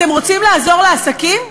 אתם רוצים לעזור לעסקים?